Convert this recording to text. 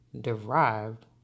derived